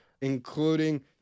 including